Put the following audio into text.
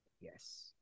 yes